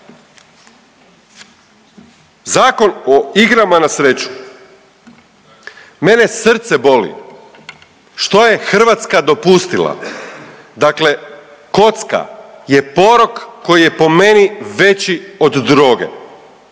Zakon o igrama na sreću, mene srce boli što je Hrvatska dopustila, dakle kocka je porok koji je po meni veći od droge.